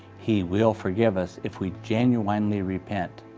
he will forgive us if we genuinely repent.